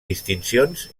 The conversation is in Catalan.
distincions